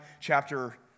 chapter